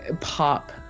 pop